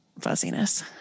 fuzziness